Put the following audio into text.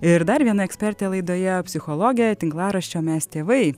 ir dar viena ekspertė laidoje psichologė tinklaraščio mes tėvai